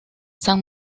san